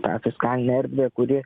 tą fiskalinę erdvę kuri